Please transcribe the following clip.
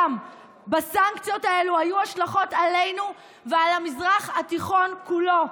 לסנקציות האלה היו השלכות עלינו ועל המזרח התיכון כולו,